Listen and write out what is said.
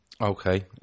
Okay